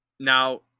Now